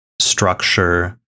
structure